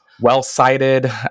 well-cited